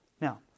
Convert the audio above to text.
Now